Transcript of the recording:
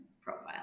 profile